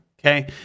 okay